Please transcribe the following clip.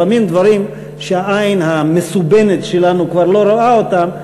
לפעמים דברים שהעין המסובנת שלנו כבר לא רואה אותם,